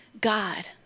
God